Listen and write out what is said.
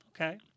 Okay